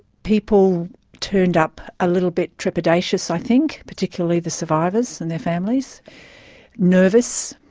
people turned up a little bit trepidatious, i think, particularly the survivors and their families nervous,